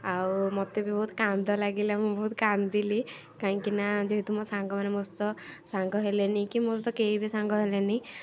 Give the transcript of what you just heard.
ଆଉ ମୋତେ ବି ବହୁତ କାନ୍ଦ ଲାଗିଲା ମୁଁ ବି ବହୁତ କାନ୍ଦିଲି କାହିଁକିନା ଯେହେତୁ ମୋ ସାଙ୍ଗମାନେ ମୋ ସହିତ ସାଙ୍ଗ ହେଲେନି କି ମୋ ସହିତ କେହି ବି ସାଙ୍ଗ ହେଲେନି